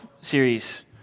series